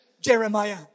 Jeremiah